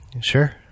sure